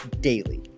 daily